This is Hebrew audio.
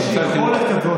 יש יכולת כזאת,